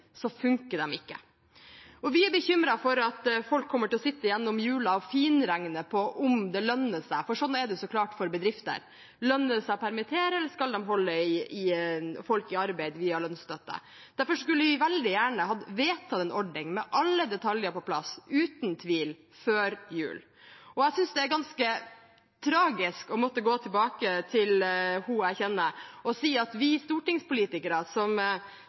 funker de ikke. Vi er bekymret for at folk kommer til å sitte gjennom jula og finregne på om det lønner seg, for sånn er det selvfølgelig for bedrifter. Lønner det seg å permittere, eller skal de holde folk i arbeid via lønnsstøtte? Derfor skulle vi veldig gjerne ha vedtatt en ordning med alle detaljer på plass – uten tvil – før jul. Jeg synes det er ganske tragisk å måtte gå tilbake til henne jeg kjenner og si at vi stortingspolitikere – som